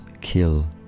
kill